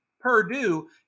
Purdue